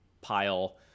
pile